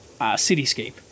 cityscape